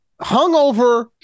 hungover